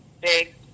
big